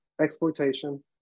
exploitation